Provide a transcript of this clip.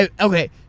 okay